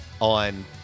on